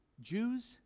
Jews